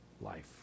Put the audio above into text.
life